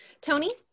Tony